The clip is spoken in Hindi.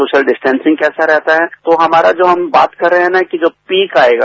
सोशल डिस्टेसिंग कैसा रहता है तो हमारा जो हम बात कर रहे हैं कि जो पीक आएगा